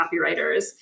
copywriters